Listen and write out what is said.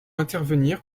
intervenir